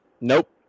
Nope